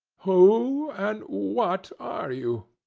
who, and what are you?